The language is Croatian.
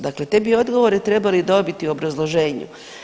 Dakle, te bi odgovore trebali dobiti u obrazloženju.